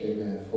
Amen